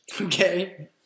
Okay